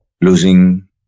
losing